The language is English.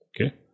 okay